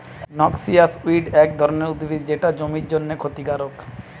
noxious weed এক ধরণের উদ্ভিদ যেটা জমির জন্যে ক্ষতিকারক